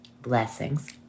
Blessings